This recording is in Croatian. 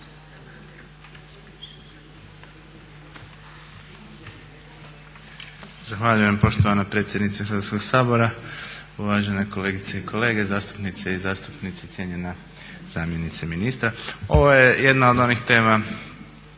Zahvaljujem poštovana predsjednice Hrvatskog sabora, uvažene kolegice i kolege, zastupnice i zastupnici, cijenjena zastupnice ministra. Ovo je jedna od onih tema